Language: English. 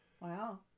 Wow